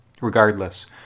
Regardless